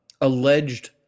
alleged